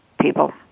people